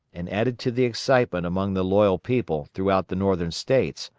and added to the excitement among the loyal people throughout the northern states,